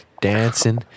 dancing